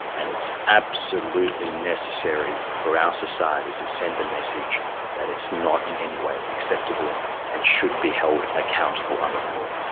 and it's absolutely necessary for our society to send a message that it's not in any way acceptable and should be held accountable under the law.